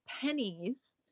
pennies